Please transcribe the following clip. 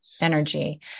energy